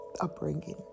upbringing